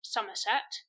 Somerset